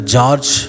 George